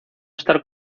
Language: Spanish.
estar